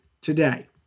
today